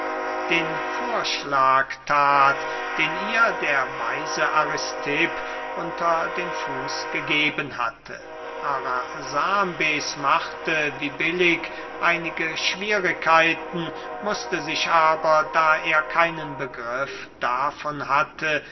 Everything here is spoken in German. den vorschlag that den ihr der weise aristipp unter den fuß gegeben hatte arasambes machte wie billig einige schwierigkeiten mußte sich aber da er keinen begriff davon hatte